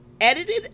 edited